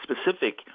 specific